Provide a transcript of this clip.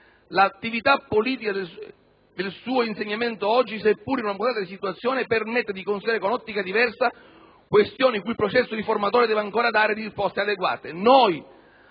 L'attività politica del suo insegnamento oggi, seppure in una mutata situazione, permette di considerare con ottica diversa questioni cui il processo riformatore deve dare ancora risposte adeguate: «Noi»